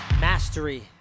Mastery